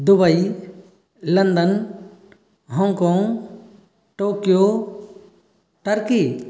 Dubai London Hong Kong Tokyo turkey